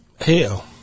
hell